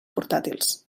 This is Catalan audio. portàtils